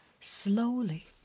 Slowly